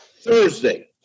thursday